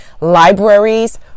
Libraries